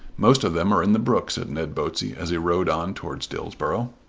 most of them are in the brook, said ned botsey as he rode on towards dillsborough.